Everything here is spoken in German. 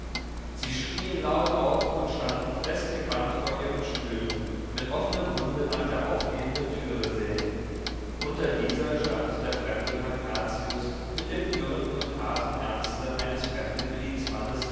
sie schrien laut auf und standen festgebannt vor ihren stühlen mit offenem munde nach der aufgehenden türe sehend unter dieser stand der fremde pankrazius mit dem dürren und harten ernste eines fremden kriegsmannes